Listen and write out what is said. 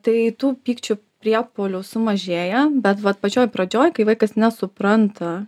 tai tų pykčių priepuolių sumažėja bet vat pačioj pradžioj kai vaikas nesupranta